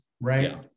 Right